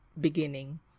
beginning